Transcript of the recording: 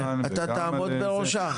אתה תעמוד בראשה?